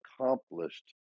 accomplished